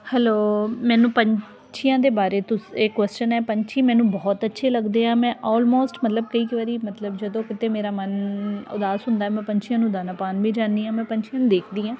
hello ਮੈਨੂੰ ਪੰਛੀਆਂ ਦੇ ਬਾਰੇ ਤੁਸ ਇਹ ਕੁਸ਼ਚਨ ਹੈ ਪੰਛੀ ਮੈਨੂੰ ਬਹੁਤ ਅੱਛੇ ਲੱਗਦੇ ਆ ਮੈਂ ਆਲਮੋਸਟ ਮਤਲਬ ਕਈ ਕੁ ਵਾਰੀ ਮਤਲਬ ਜਦੋਂ ਕਿਤੇ ਮੇਰਾ ਮਨ ਉਦਾਸ ਹੁੰਦਾ ਮੈਂ ਪੰਛੀਆਂ ਨੂੰ ਦਾਣਾ ਪਾਉਣ ਵੀ ਜਾਂਦੀ ਹਾਂ ਮੈਂ ਦੇਖਦੀ ਹਾਂ